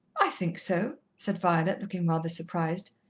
i think so, said violet, looking rather surprised.